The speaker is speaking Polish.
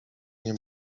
nie